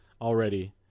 already